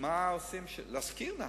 להזכיר לנהג.